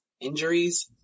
injuries